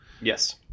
yes